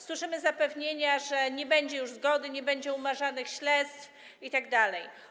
Słyszymy zapewnienia, że nie będzie już zgody, nie będzie umarzanych śledztw itd.